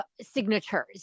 signatures